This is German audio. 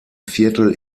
viertel